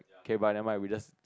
okay but never mind we just